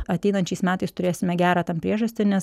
ateinančiais metais turėsime gerą tam priežastį nes